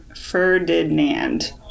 Ferdinand